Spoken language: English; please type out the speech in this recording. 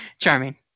Charming